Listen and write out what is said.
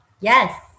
Yes